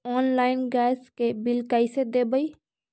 Online gas के bill कैसे देबै?